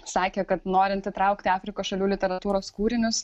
sakė kad norint įtraukti afrikos šalių literatūros kūrinius